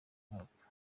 mwaka